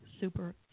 super